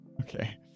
Okay